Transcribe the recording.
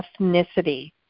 ethnicity